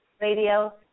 Radio